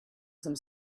some